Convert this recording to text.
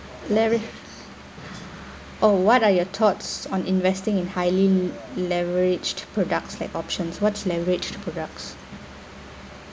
leverage oh what are your thoughts on investing in highly leveraged products like options what's leveraged products